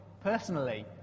personally